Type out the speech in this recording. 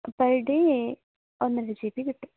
per day ഒന്നര G B കിട്ടും